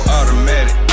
Automatic